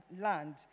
land